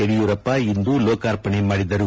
ಯಡಿಯೂರಪ್ಪ ಇಂದು ಲೋಕಾರ್ಪಣೆ ಮಾಡಿದರು